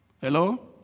Hello